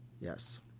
Yes